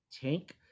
tank